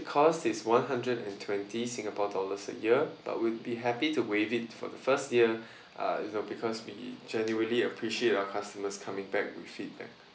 cost is one hundred and twenty singapore dollars a year but we'd be happy to waive it for the first year uh you know because we genuinely appreciate our customers coming back with feedback